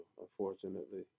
unfortunately